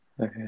okay